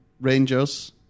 Rangers